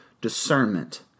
discernment